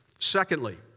Secondly